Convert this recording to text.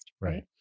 right